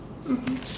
mmhmm